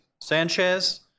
Sanchez